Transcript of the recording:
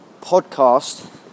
podcast